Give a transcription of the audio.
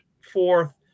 fourth